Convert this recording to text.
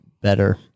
better